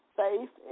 faith